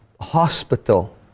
hospital